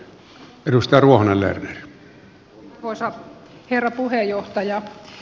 arvoisa herra puheenjohtaja